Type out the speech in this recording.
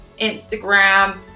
Instagram